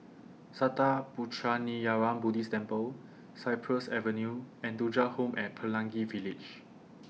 Sattha Puchaniyaram Buddhist Temple Cypress Avenue and Thuja Home At Pelangi Village